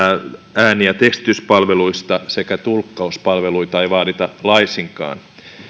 ääni ja tekstityspalveluista ja tulkkauspalveluita ei vaadita laisinkaan